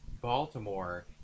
Baltimore